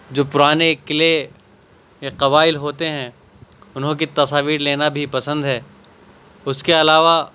جو پرانے قلعے یا قبائل ہو تے ہیں انہوں کی تصاویر لینا بھی پسند ہے اس کے علاوہ